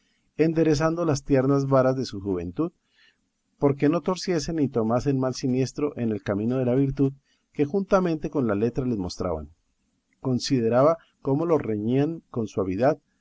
enderezando las tiernas varas de su juventud porque no torciesen ni tomasen mal siniestro en el camino de la virtud que juntamente con las letras les mostraban consideraba cómo los reñían con suavidad